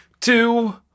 two